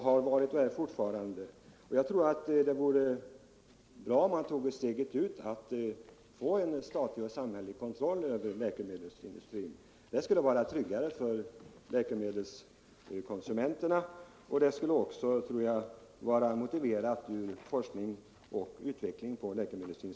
Jag tror 27 november 1974 att det vore bra om man tog steget fullt ut för att få statlig kontroll av läkemedelsindustrin. Det skulle vara tryggare för läkemedelskonsu = Avdragsrätt vid menterna, och det skulle också vara motiverat med hänsyn till forskning — inkomstbeskatt och utveckling på läkemedelsområdet.